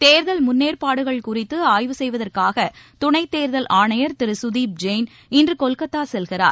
தேர்தல் முன்னேற்பாடுகள் குறித்து ஆய்வு செய்வதற்காக துணைத்தேர்தல் ஆணையர் திரு குதீப் ஜெய்ன் இன்று கொல்கத்தா செல்கிறார்